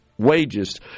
wages